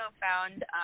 found